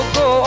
go